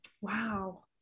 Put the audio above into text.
Wow